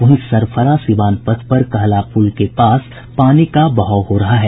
वहीं सरफरा सीवान पथ पर कहला पुल के पास पानी का बहाव बढ़ा है